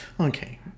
Okay